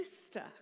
sister